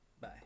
Bye